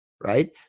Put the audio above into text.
Right